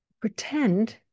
Pretend